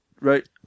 right